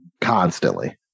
constantly